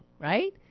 right